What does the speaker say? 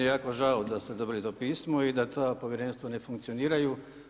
Meni je jako žao da ste dobili to pismo i da ta Povjerenstva ne funkcioniraju.